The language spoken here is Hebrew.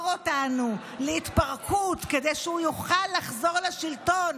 אותנו להתפרקות כדי שהוא יוכל לחזור לשלטון,